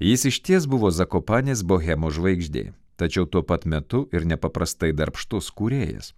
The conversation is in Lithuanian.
jis išties buvo zakopanės bohemos žvaigždė tačiau tuo pat metu ir nepaprastai darbštus kūrėjas